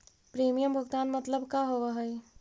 Premium भुगतान मतलब का होव हइ?